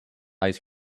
ice